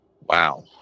Wow